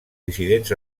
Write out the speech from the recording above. dissidents